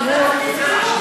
חברת הכנסת עאידה תומא סלימאן,